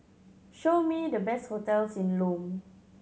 show me the best hotels in Lome